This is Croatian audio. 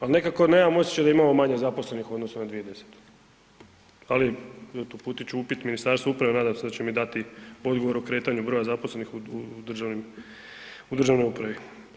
Ali nekako nemam osjećaj da imamo manje zaposlenih u odnosu na 2010., ali eto uputit ću upit Ministarstvu uprave, nadam se da će mi dati odgovor o kretanju broja zaposlenih u državnoj upravi.